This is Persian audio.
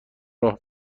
راه